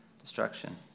destruction